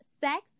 sex